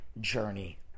journey